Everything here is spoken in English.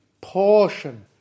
portion